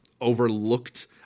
overlooked